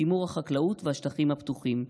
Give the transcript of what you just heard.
שימור החקלאות והשטחים הפתוחים.